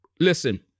Listen